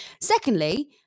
Secondly